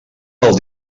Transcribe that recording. del